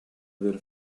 aver